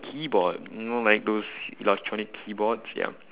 keyboard you know like those electronic keyboards ya